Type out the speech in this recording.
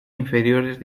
inferiores